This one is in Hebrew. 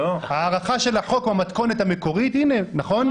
הארכה של החוק במתכונת המקורית הנה, נכון?